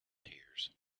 tears